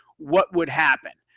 what would happen?